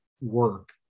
work